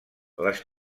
les